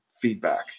feedback